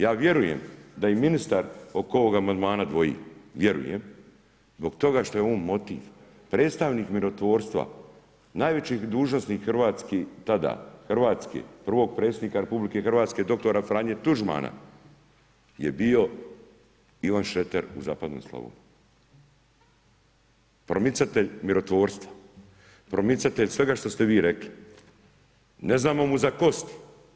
Ja vjerujem da i ministar oko ovoga amandmana dvoji, vjerujem zbog toga što je on motiv, predstavnik mirotvorstva, najveći dužnosnik hrvatski tada, hrvatski, prvog predsjednika RH dr. Franje Tuđmana je bio Ivan Šreter u zapadnoj Slavoniji, promicatelj mirotvorstva, promicatelj svega što ste vi rekli, ne znamo mu za kosti.